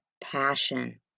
passion